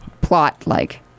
plot-like